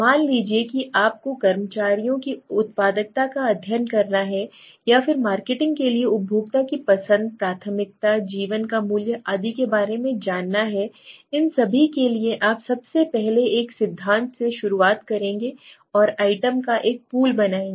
मान लीजिए कि आप को कर्मचारियों की उत्पादकता का अध्ययन करना है या फ़िर मार्केटिंग के लिए उपभोक्ता की पसंद प्राथमिकता जीवन का मूल्य आदि के बारे में जानना है इन सभी के लिए आप सबसे पहले एक सिद्धांत से शुरुआत करेंगे और आइटम का एक पूल बनाएंगे